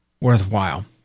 worthwhile